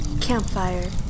Campfire